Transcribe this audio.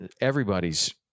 everybody's